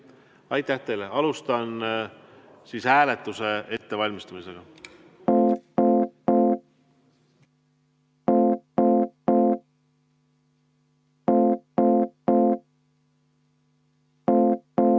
Aitäh teile! Alustan siis hääletuse ettevalmistamist.